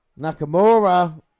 nakamura